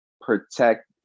protect